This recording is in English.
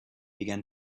began